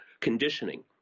conditioning